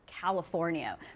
california